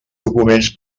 documents